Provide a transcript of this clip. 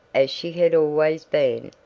as she had always been,